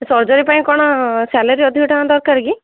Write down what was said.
surgery ପାଇଁ କ'ଣ salary ଅଧିକ ଟଙ୍କା ଦରକାର କି